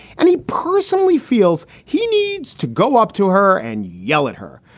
and he personally feels he needs to go up to her and yell at her,